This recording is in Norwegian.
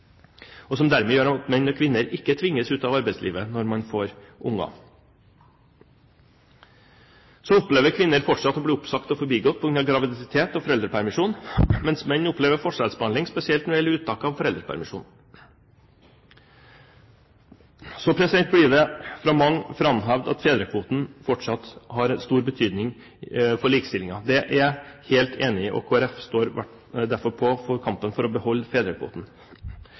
og som dermed gjør at menn og kvinner ikke tvinges ut av arbeidslivet når man får barn. Så opplever kvinner fortsatt å bli oppsagt og forbigått på grunn av graviditet og foreldrepermisjon, mens menn opplever forskjellsbehandling, spesielt når det gjelder uttak av foreldepermisjon. Så blir det fra mange framhevet at fedrekvoten fortsatt har stor betydning for likestillingen. Det er jeg helt enig i, og Kristelig Folkeparti står derfor på for kampen om å beholde fedrekvoten.